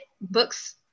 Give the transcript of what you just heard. books